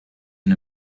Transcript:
and